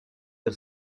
per